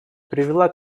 привела